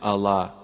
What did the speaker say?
Allah